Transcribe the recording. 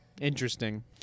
interesting